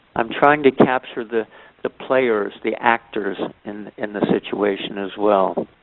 i'm trying to capture the the players, the actors in in the situation as well.